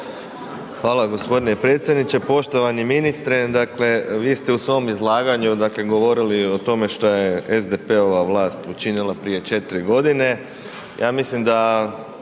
Hvala gospodine predsjedniče. Poštovani ministre dakle vi ste u svom izlaganju dakle govorili o tome šta je SDP-ova vlast učinila prije 4 godine. Ja mislim da